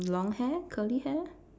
long hair curly hair